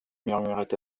murmurait